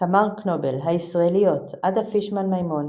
תמר קנובל // הישראליות עדה פישמן-מימון,